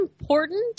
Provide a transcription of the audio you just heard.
important